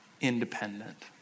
independent